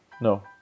No